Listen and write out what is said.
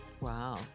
Wow